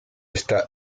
esta